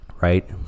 right